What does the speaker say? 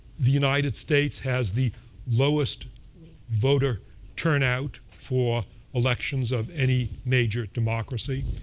the united states has the lowest voter turnout for elections of any major democracy.